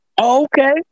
Okay